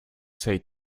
say